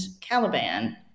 Caliban